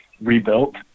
Rebuilt